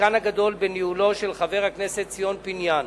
בחלקן הגדול בניהולו של חבר הכנסת ציון פיניאן.